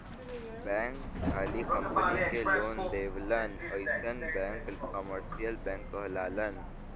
bank खाली company के loan देवलन अइसन बैंक कमर्सियल बैंक कहलालन